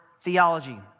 theology